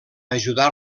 ajudar